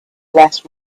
less